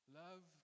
love